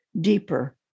deeper